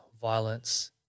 violence